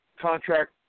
contract